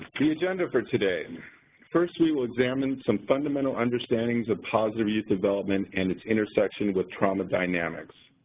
the agenda for today firstly, we'll examine some fundamental understandings of positive youth development and its intersection with trauma dynamics.